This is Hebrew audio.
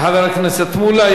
תודה לחבר הכנסת מולה.